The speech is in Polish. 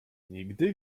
nigdy